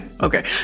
Okay